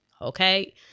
okay